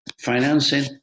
Financing